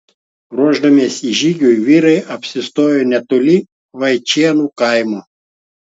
ruošdamiesi žygiui vyrai apsistojo netoli vaičėnų kaimo